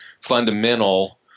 fundamental